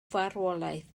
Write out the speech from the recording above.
farwolaeth